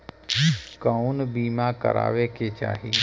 कउन बीमा करावें के चाही?